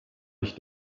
ich